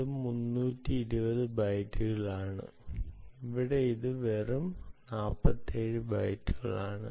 ഇത് 320 ബൈറ്റുകളാണ് ഇവിടെ ഇത് വെറും 47 ബൈറ്റുകളാണ്